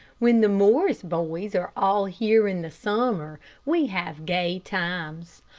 when the morris boys are all here in the summer we have gay times.